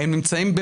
הם נמצאים,